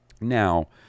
Now